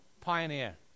Pioneer